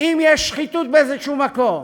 אם יש שחיתות באיזה מקום,